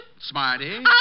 Smarty